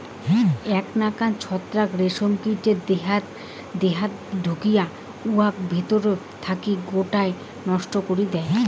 এ্যাক নাকান ছত্রাক রেশম কীটের দেহাত ঢুকিয়া উয়াক ভিতিরা থাকি গোটায় নষ্ট করি দ্যায়